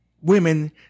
women